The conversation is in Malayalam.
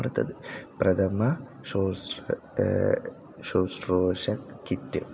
അടുത്തത് പ്രഥമ ശുശ്രൂ ശുശ്രൂഷ കിറ്റ്